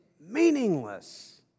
Meaningless